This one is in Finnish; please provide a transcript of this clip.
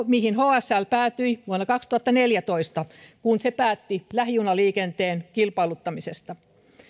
mihin hsl päätyi vuonna kaksituhattaneljätoista kun se päätti lähijunaliikenteen kilpailuttamisesta